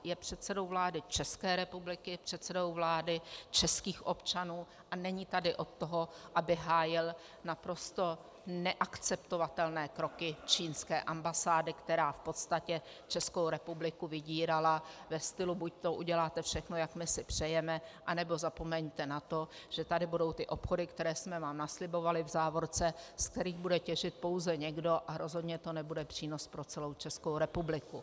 Je předsedou vlády České republiky, je předsedou vlády českých občanů a není tady od toho, aby hájil naprosto neakceptovatelné kroky čínské ambasády, která podstatě Českou republiku vydírala ve stylu buďto uděláte všechno, jak my si přejeme, anebo zapomeňte na to, že tady budou obchody, které jsme vám naslibovali, v závorce: z kterých bude těžit pouze někdo a rozhodně to nebude přínos pro celou Českou republiku.